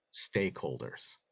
stakeholders